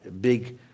big